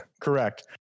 correct